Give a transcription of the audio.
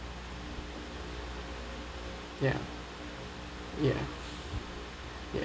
ya ya ya